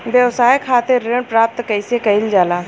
व्यवसाय खातिर ऋण प्राप्त कइसे कइल जाला?